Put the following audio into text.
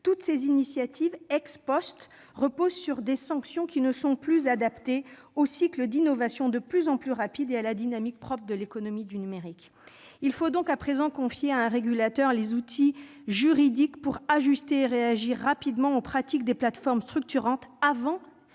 c'est-à-dire qu'elles reposent sur des sanctions qui ne sont plus adaptées aux cycles d'innovation de plus en plus rapides et à la dynamique propre à l'économie du numérique. Il faut donc à présent confier à un régulateur les outils juridiques permettant de réagir rapidement aux pratiques des plateformes structurantes, avant